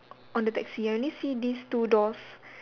on the taxi I only see these two doors